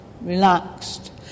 relaxed